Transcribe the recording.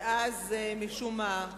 ואז, משום מה,